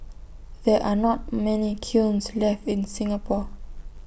there are not many kilns left in Singapore